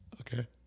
Okay